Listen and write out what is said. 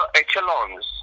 echelons